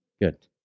good